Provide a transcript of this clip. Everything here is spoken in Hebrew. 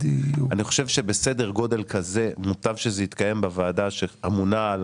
אני חושב שבסדר גודל כזה מוטב שזה יתקיים בוועדה שאמונה על